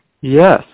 Yes